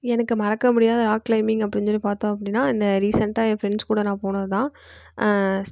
எனக்கு மறக்க முடியாத ராக் கிளைமிங் அப்படின்னு சொல்லி பார்த்தோம் அப்படினா இந்த ரீசண்டாக என் ஃபிரண்ட்ஸ் கூட நான் போனதுதான்